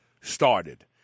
started